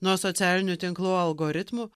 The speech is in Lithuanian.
nuo socialinių tinklų algoritmų